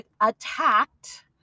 attacked